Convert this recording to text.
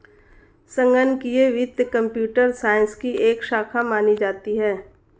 संगणकीय वित्त computer science की एक शाखा मानी जाती है